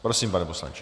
Prosím, pane poslanče.